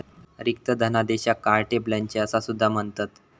रिक्त धनादेशाक carte blanche असा सुद्धा म्हणतत